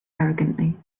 arrogantly